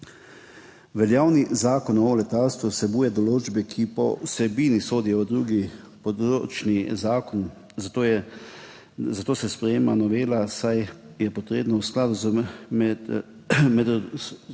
Veljavni Zakon o letalstvu vsebuje določbe, ki po vsebini sodijo v drugi področni zakon, zato se sprejema novela, saj je treba v skladu z